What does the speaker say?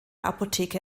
apotheke